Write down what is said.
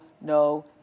no